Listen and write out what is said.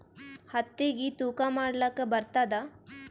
ಹತ್ತಿಗಿ ತೂಕಾ ಮಾಡಲಾಕ ಬರತ್ತಾದಾ?